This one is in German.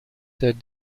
der